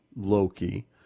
Loki